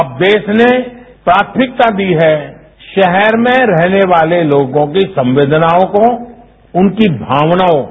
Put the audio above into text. अब देश ने प्राथमिकता दी है शहर में रहने वाले लोगों की संवेदनाओं को उनकी भावनाओं को